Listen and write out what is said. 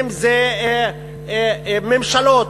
ואם ממשלות,